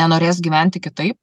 nenorės gyventi kitaip